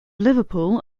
liverpool